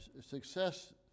success